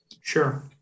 Sure